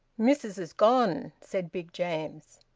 missis has gone, said big james.